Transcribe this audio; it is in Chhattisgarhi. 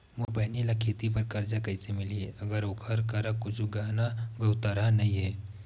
मोर बहिनी ला खेती बार कर्जा कइसे मिलहि, अगर ओकर करा कुछु गहना गउतरा नइ हे?